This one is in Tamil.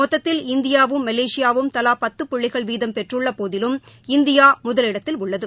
மொத்தத்தில் இந்தியாவும் மலேசியாவும் தவாபத்து புள்ளிகள் வீதம் பெற்றுள்ளபோதிலும் இந்தியாமுதலிடத்தில் உள்ளது